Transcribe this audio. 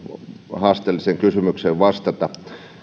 haasteelliseen kysymykseen vastata